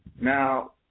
Now